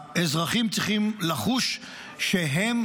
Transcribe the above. האזרחים צריכים לחוש שהם